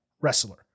Wrestler